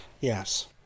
Yes